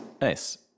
Nice